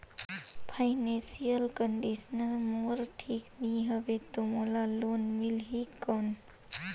Financial condition मोर ठीक नी हवे तो मोला लोन मिल ही कौन??